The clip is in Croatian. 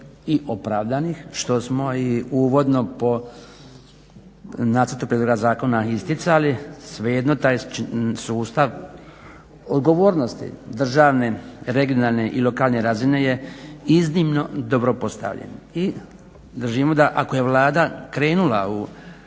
i opravdanih što smo i uvodno po nacrtu prijedloga zakona isticali, svejedno taj sustav odgovornosti državne regionalne i lokalne razine je iznimno dobro postavljen. I držimo da ako je Vlada krenula u